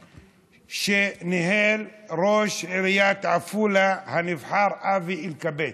שניהל ראש עיריית עפולה הנבחר אבי אלקבץ,